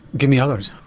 give me others.